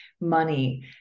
money